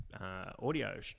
audio